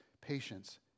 patience